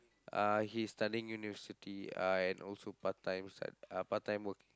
uh he's studying university uh and also part-time uh part-time working